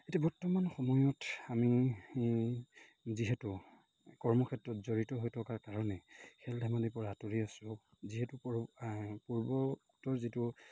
এতিয়া বৰ্তমান সময়ত আমি যিহেতু কৰ্মক্ষেত্ৰত জড়িত হৈ থকাৰ কাৰণে খেল ধেমালিৰপৰা আঁতৰি আছোঁ যিহেতু পূৰ্বতৰ যিটো